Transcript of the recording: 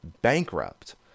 bankrupt